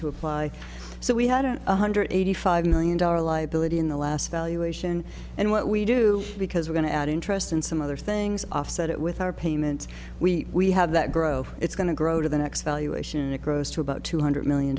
to apply so we had a one hundred eighty five million dollar liability in the last valuation and what we do because we're going to add interest and some other things offset it with our payment we we have that grow it's going to grow to the next valuation it grows to about two hundred million